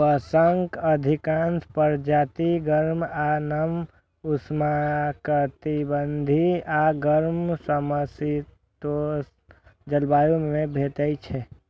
बांसक अधिकांश प्रजाति गर्म आ नम उष्णकटिबंधीय आ गर्म समशीतोष्ण जलवायु मे भेटै छै